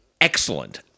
excellent